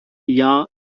jahr